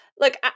Look